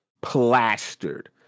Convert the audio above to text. plastered